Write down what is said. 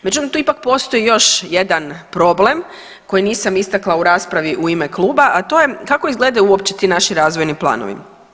Međutim, tu ipak postoji još jedan problem koji nisam istakla u raspravi u ime kluba, a to je kako izgledaju uopće ti naši razvojni planovi.